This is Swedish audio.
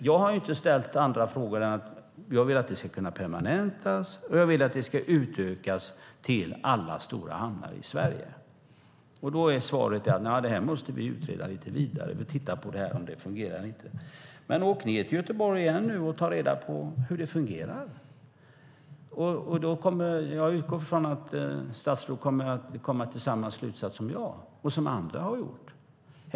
Jag har inte tagit upp något annat än att detta ska kunna permanentas och att jag vill att det ska utökas till alla stora hamnar i Sverige. Då är svaret: Det här måste vi utreda lite vidare. Vi tittar på om det fungerar eller inte. Men åk ned till Göteborg igen nu och ta reda på hur det fungerar! Jag utgår från att statsrådet kommer till samma slutsats som jag och andra har gjort.